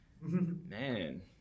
man